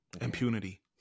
Impunity